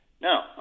Now